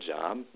job